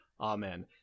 amen